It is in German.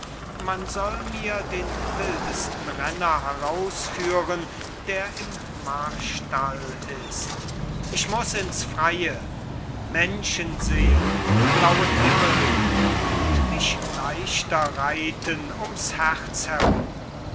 sophie man soll mir den wildesten renner herausführen der im marstall ist ich muß ins freie menschen sehen und blauen himmel und mich leichter reiten ums herz herum